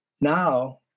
Now